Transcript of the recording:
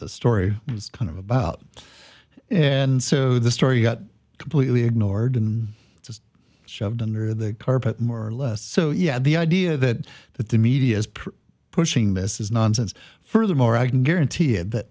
the story is kind of about and so the story got completely ignored in just shoved under the carpet more or less so yeah the idea that that the media is pretty pushing this is nonsense furthermore i can guarantee it that